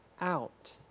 out